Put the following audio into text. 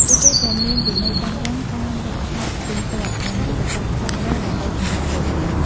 ពួកគេក៏មានវិន័យតឹងរ៉ឹង ការហ្វឹកហាត់ទៀងទាត់ និងយុទ្ធសាស្ត្រច្បាស់លាស់ដើម្បីសម្រេចគោលដៅ។